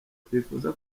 twifuza